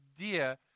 idea